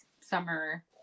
summer